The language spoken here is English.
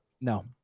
no